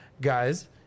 Guys